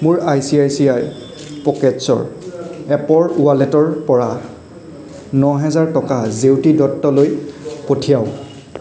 মোৰ I C I C I পকেটছ্ৰ এপৰ ৱালেটৰপৰা ন হেজাৰ টকা জেউতি দত্তলৈ পঠিয়াওক